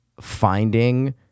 finding